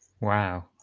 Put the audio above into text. Wow